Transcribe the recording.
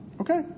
Okay